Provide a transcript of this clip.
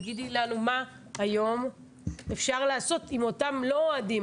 תגידי לנו מה היום אפשר לעשות עם אותם לא אוהדים.